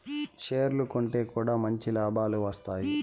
షేర్లు కొంటె కూడా మంచి లాభాలు వత్తాయి